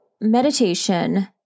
meditation